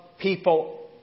people